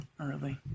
early